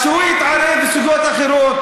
אז שהוא יתערב בסוגיות אחרות.